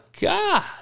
god